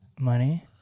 Money